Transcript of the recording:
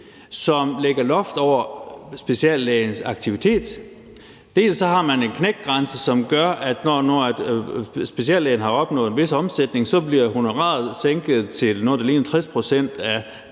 som lægger loft over speciallægens aktivitet. Dels har man en knækgrænse, som gør, at når speciallægen har opnået en vis omsætning, bliver honoraret sænket til noget,